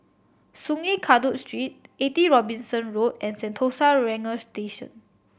Sungei Kadut Street Eighty Robinson Road and Sentosa Ranger Station